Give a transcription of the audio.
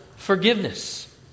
Forgiveness